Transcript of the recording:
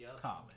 college